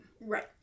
Right